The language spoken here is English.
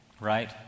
right